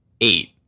eight